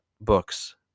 books